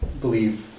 believe